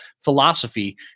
philosophy